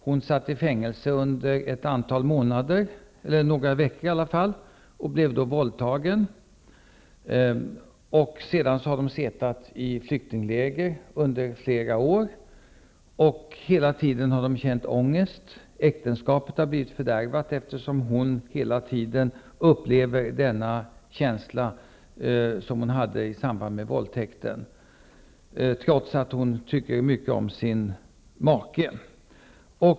Hon satt i fängelse ett antal månader, eller i varje fall några veckor, och blev då våldtagen. De har varit i flyktingläger under flera år, och hela tiden har de känt ångest. Äktenskapet har blivit fördärvat eftersom hon hela tiden upplever den känsla som hon hade i samband med våldtäkten, trots att hon tycker mycket om sin make.